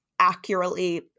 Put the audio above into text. accurately